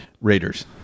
Raiders